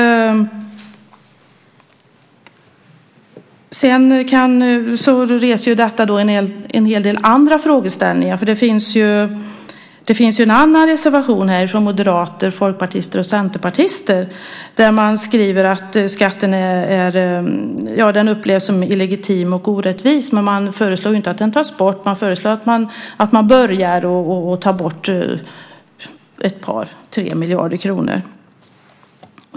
Detta reser också en del andra frågeställningar. Det finns ju en reservation från moderater, folkpartister och centerpartister. Där skriver man att skatten upplevs som illegitim och orättvis. Man föreslår inte att den tas bort. Man föreslår att man börjar med att ta bort ett par tre miljarder kronor.